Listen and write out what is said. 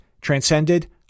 transcended